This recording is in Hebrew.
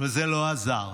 וזה לא עזר.